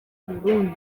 burundi